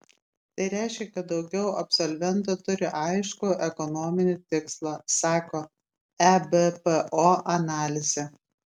tai reiškia kad daugiau absolventų turi aiškų ekonominį tikslą sako ebpo analizė